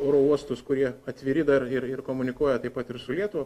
oro uostus kurie atviri dar ir ir komunikuoja taip pat ir su lietuva